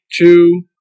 two